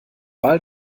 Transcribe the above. ball